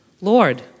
Lord